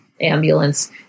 ambulance